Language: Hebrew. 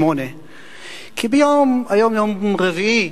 20:00. היום יום רביעי,